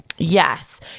Yes